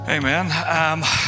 Amen